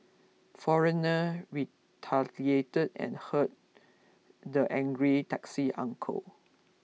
foreigner retaliated and hurt the angry taxi uncle